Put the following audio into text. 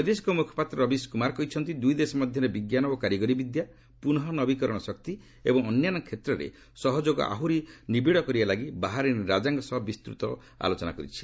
ବୈଦେଶିକ ମୁଖପାତ୍ର ରବିଶ କୁମାର କହିଛନ୍ତି ଦୁଇ ଦେଶ ମଧ୍ୟରେ ବିଜ୍ଞାନ ଓ କାରିଗରି ବିଦ୍ୟା ପୁନଃ ନବିକରଣ ଶକ୍ତି ଏବଂ ଅନ୍ୟାନ୍ୟ କ୍ଷେତ୍ରରେ ସହଯୋଗ ଆହୁରି ବୃଦ୍ଧି କରିବା ଲାଗି ବାହାରିନ୍ ରାଜାଙ୍କ ସହ ବିସ୍ତୃତ ଆଲୋଚନା କରିଛନ୍ତି